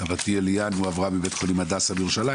סבתי אליאן הועברה מבית החולים הדסה בירושלים